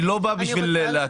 אני לא בא בשביל להתריס.